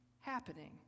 happening